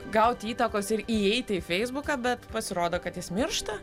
gauti įtakos ir įeiti į feisbuką bet pasirodo kad jis miršta